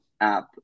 app